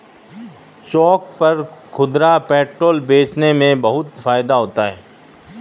चौक पर खुदरा पेट्रोल बेचने में बहुत फायदा होता है